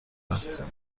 هستیم